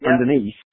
underneath